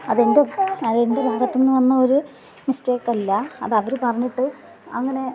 അതെൻ്റെ അതെൻ്റെ ഭാഗത്തുനിന്ന് വന്ന ഒരു മിസ്റ്റേക്കല്ല അത് അവർ പറഞ്ഞിട്ട് അങ്ങനെ